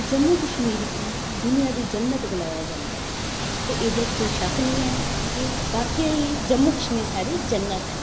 जम्मू कश्मीर गी दूनिया दी जन्नत गलाया जंदा ऐ ते एह्दे च कोई शक्क निं ऐ कि वाकई जम्मू कश्मीर साढ़ी जन्नत ऐ